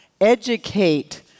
educate